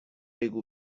بگو